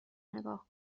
نگاه